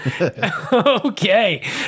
Okay